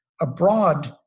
Abroad